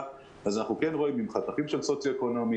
אנחנו רואים עם חתכים של סוציו-אקונומי,